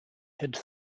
had